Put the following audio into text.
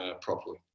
properly